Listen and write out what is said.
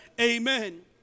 Amen